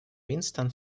winston